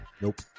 Nope